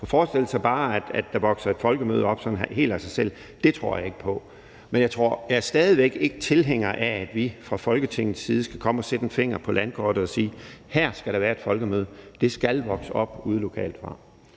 og forestillingen om, at der bare vokser et folkemøde op sådan helt af sig selv, tror jeg ikke på. Men jeg er stadig væk ikke tilhænger af, at vi fra Folketingets side skal komme og sætte en finger på landkortet og sige, at her skal der være et folkemøde. Det skal vokse op lokalt